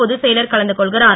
பொதுச்செயலர் கலந்து கொள்கிறார்